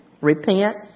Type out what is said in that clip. Repent